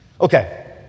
Okay